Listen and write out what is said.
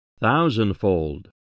Thousandfold